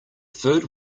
food